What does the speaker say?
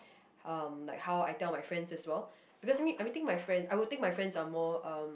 um like how I tell my friends as well because I would think my friends are more um